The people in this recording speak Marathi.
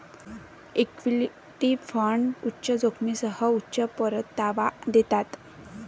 इक्विटी फंड उच्च जोखमीसह उच्च परतावा देतात